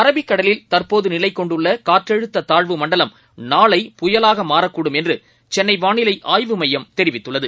அரபிக்கடலில் தற்போதுநிலைகொண்டுள்ளகாற்றழுத்ததாழ்வு மண்டலம் நாளை புயலாகமாறக்கூடும் என்றுசென்னைவானிலைஆய்வு மையம் தெரிவித்துள்ளது